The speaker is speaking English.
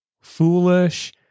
foolish